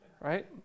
right